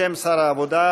בשם שר העבודה,